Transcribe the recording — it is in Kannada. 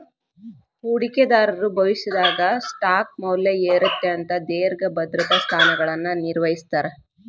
ಹೂಡಿಕೆದಾರರು ಭವಿಷ್ಯದಾಗ ಸ್ಟಾಕ್ ಮೌಲ್ಯ ಏರತ್ತ ಅಂತ ದೇರ್ಘ ಭದ್ರತಾ ಸ್ಥಾನಗಳನ್ನ ನಿರ್ವಹಿಸ್ತರ